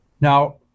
Now